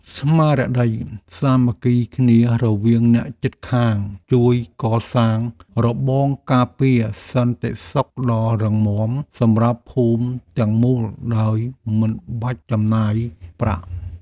ស្មារតីសាមគ្គីគ្នារវាងអ្នកជិតខាងជួយកសាងរបងការពារសន្តិសុខដ៏រឹងមាំសម្រាប់ភូមិទាំងមូលដោយមិនបាច់ចំណាយប្រាក់។